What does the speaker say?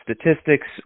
statistics